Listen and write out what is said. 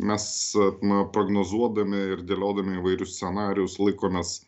mes na prognozuodami ir dėliodami įvairius scenarijus laikomės